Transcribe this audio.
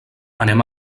anem